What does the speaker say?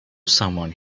someone